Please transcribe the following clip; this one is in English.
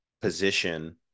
position